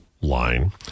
line